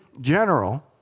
general